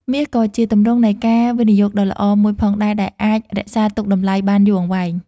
មាសក៏ជាទម្រង់នៃការវិនិយោគដ៏ល្អមួយផងដែរ ដែលអាចរក្សាទុកតម្លៃបានយូរអង្វែង។